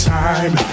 time